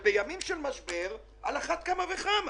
בימים של משבר - על אחת כמה וכמה.